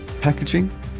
packaging